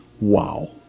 wow